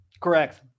correct